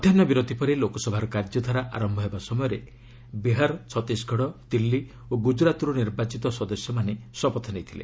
ମଧ୍ୟାହୁ ବିରତି ପରେ ଲୋକସଭାର କାର୍ଯ୍ୟଧାରା ଆରମ୍ଭ ହେବା ସମୟରେ ବିହାର ଛତିଶଗଡ଼ ଦିଲ୍ଲୀ ଓ ଗୁଜରାତରୁ ନିର୍ବାଚିତ ସଦସ୍ୟମାନେ ଶପଥ ନେଇଥିଲେ